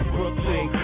Brooklyn